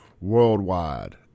worldwide